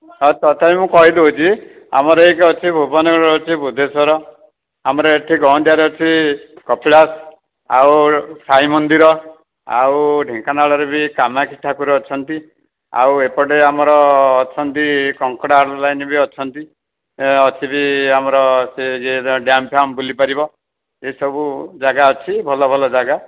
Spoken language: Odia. ହଁ ତଥାପି ମୁଁ କହି ଦେଉଛି ଆମର ଅଛି ଭୁବନରେ ଅଛି ବୁଦ୍ଧେଶ୍ଵର ଆମର ଏଇଠି ଗଅଣ୍ଡିଆରେ ଅଛି କପିଳାସ ଆଉ ସାଇ ମନ୍ଦିର ଆଉ ଢେଙ୍କାନାଳରେ ବି କାମାକ୍ଷୀ ଠାକୁର ଅଛନ୍ତି ଆଉ ଏପଟେ ଆମର ଅଛନ୍ତି କଙ୍କଡା ଅନ୍ଲାଇନ୍ ବି ଅଛନ୍ତି ଅଛି ବି ସିଏ ଆମର ଡ୍ୟାମ୍ ଫ୍ୟାମ୍ ବୁଲି ପାରିବ ଏ ସବୁ ଜାଗା ଅଛି ଭଲ ଭଲ ଜାଗା